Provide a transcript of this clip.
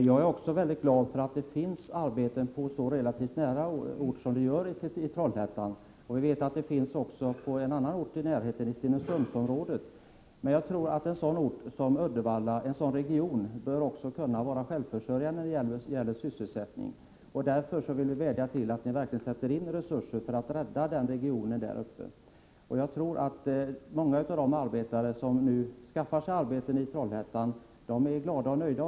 Herr talman! Även jag är glad över att det finns arbeten så relativt nära Trollhättan som nu är fallet. Vi vet att det också gäller en annan ort i närheten, i Stenungsundsområdet. Jag tror dock att en sådan region som Uddevallaregionen bör kunna vara självförsörjande när det gäller sysselsättningen. Därför vädjar vi till regeringen att resurser verkligen sätts in, så att regionen kan räddas. Jag tror att många av de arbetare som nu skaffar sig arbete i Trollhättan är glada och nöjda.